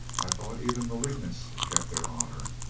i thought even malignants kept their honor.